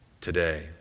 today